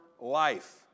life